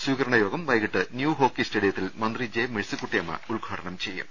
സ്വീകരണയോഗം വൈകിട്ട് ന്യൂഹോക്കി സ്റ്റേഡിയത്തിൽ മന്ത്രി ജെ മേഴ്സിക്കുട്ടി യമ്മ ഉദ്ഘാടനം ചെയ്യും